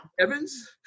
Evans